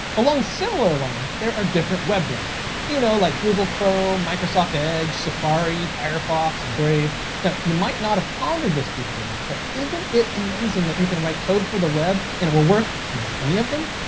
along similar lines, there are different web browsers, you know like google chrome, microsoft edge, safari, firefox, and brave. now yeah you might not have pondered this before, but isn't it amazing that you can write code for the web, and it will work in any of them?